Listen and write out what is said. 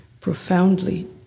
profoundly